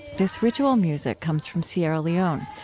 this ritual music comes from sierra leone,